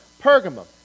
Pergamum